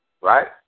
right